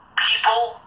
people